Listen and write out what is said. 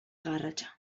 garratza